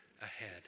ahead